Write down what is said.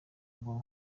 mbuga